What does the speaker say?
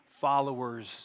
followers